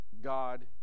God